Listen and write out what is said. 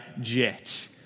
jet